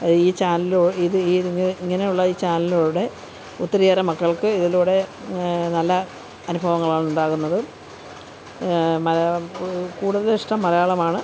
ഈ ചാനലൂ ഇത് ഇങ്ങനെയുള്ള ഈ ചാനലൂടെ ഒത്തിരിയേറെ മക്കൾക്ക് ഇതിലൂടെ നല്ല അനുഭവങ്ങളാണുണ്ടാകുന്നത് മലയാളം കൂടുതലിഷ്ടം മലയാളമാണ്